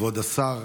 כבוד השר,